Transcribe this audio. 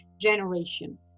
generation